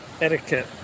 Etiquette